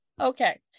Okay